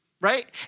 right